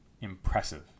Impressive